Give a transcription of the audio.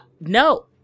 no